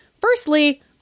Firstly